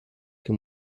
que